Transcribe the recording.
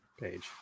page